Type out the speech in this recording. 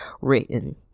written